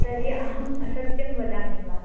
तर्हि अहम् असत्यं वदामि वा